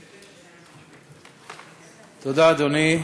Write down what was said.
תודה, אדוני.